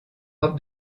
robe